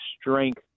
strength